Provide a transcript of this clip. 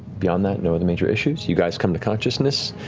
beyond that, no other major issues, you guys come to consciousness,